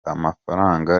amafaranga